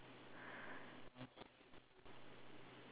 so am I